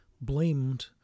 blamed